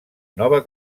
nova